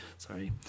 Sorry